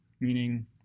Meaning